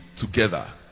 together